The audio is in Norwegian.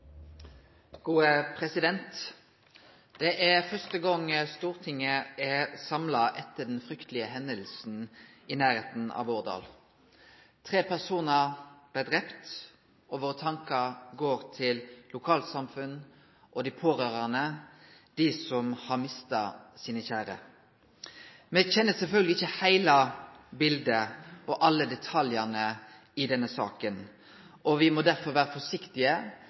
første gong Stortinget er samla etter den fryktelege hendinga i nærleiken av Årdal. Tre personar blei drepne, og våre tankar går til lokalsamfunn, dei pårørande, og dei som har mista sine kjære. Me kjenner selvfølgeleg ikkje heile biletet og alle detaljane i denne saka, og me må derfor vere forsiktige